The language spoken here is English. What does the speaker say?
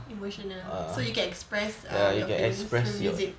emotional so you can express your feelings through music